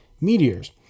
meteors